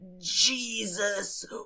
Jesus